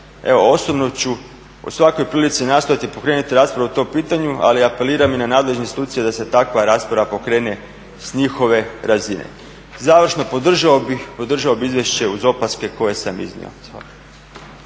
Evo osobno ću u svakoj prilici nastojati pokrenuti raspravu o tom pitanju, ali apeliram i na nadležne institucije da se takva rasprava pokrene s njihove razine. Završno, podržao bih izvješće uz opaske koje sam iznio.